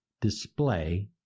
display